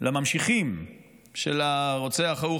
לממשיכים של הרוצח ההוא,